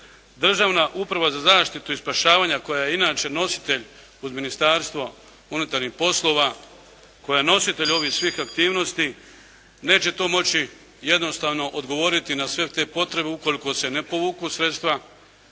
Državna uprava za zaštitu i spašavanja koja je inače nositelj uz ministarstvo unutarnjih poslova, koja je nositelj ovih svih aktivnosti neće to moći jednostavno odgovoriti na sve te potrebe ukoliko se ne povuku sredstva